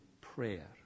prayer